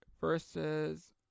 versus